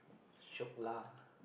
shiok lah